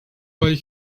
buy